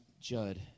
Judd